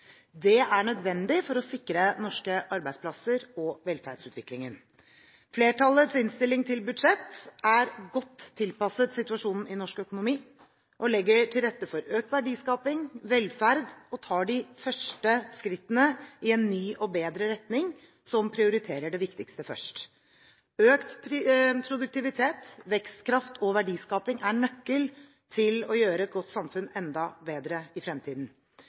Det er nødvendig for å sikre norske arbeidsplasser og velferdsutviklingen. Flertallets innstilling til budsjett er godt tilpasset situasjonen i norsk økonomi og legger til rette for økt verdiskaping, velferd og tar de første skrittene i en ny og bedre retning som prioriterer det viktigste først. Økt produktivitet, vekstkraft og verdiskaping er nøkkelen til å gjøre et godt samfunn enda bedre i fremtiden.